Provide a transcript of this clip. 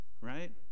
right